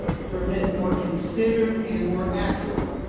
permit more considered and more accurate